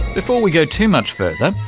before we go too much further,